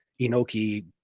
inoki